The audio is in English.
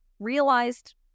realized